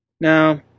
Now